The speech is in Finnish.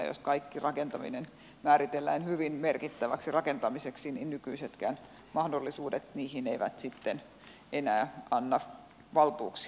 jos kaikki rakentaminen määritellään hyvin merkittäväksi rakentamiseksi niin nykyisetkään mahdollisuudet niihin eivät sitten enää anna valtuuksia